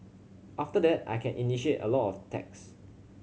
after that I can initiate a lot of attacks